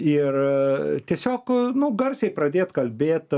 ir tiesiog nu garsiai pradėt kalbėt